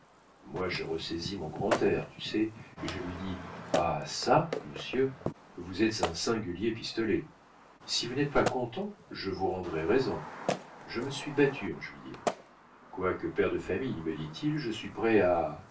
moi je ressaisis mon grand air tu sais et je lui dis ah çà monsieur vous êtes un singulier pistolet si vous n'êtes pas content je vous rendrai raison je me suis battu en juillet quoique père de famille me dit-il je suis prêt à